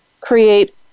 create